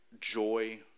joy